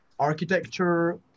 architecture